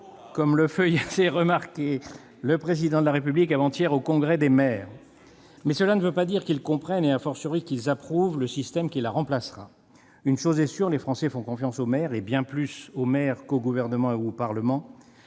comme le faisait remarquer le Président de la République avant-hier au Congrès des maires. Mais cela ne veut pas dire qu'ils comprennent, et qu'ils approuvent, le système qui la remplacera. Une chose est sûre : les Français font confiance aux maires, bien plus qu'au Gouvernement ou au Parlement,